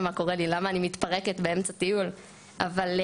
אלינו ואנחנו לקחנו אותה לבית הדין הגדול ואמרנו,